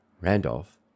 Randolph